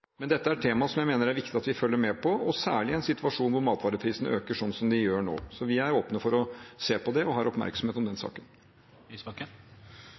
Dette er temaer som jeg mener det er viktig at vi følger med på, og særlig i en situasjon hvor matvareprisene øker, sånn som de gjør nå. Så vi er åpne for å se på det, og har oppmerksomhet om den saken. Audun Lysbakken